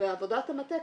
עבודת המטה,